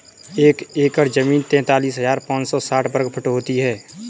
एक एकड़ जमीन तैंतालीस हजार पांच सौ साठ वर्ग फुट होती है